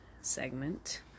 segment